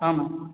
ஆமாம்